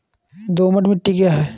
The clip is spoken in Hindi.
दोमट मिट्टी क्या है?